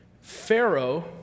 Pharaoh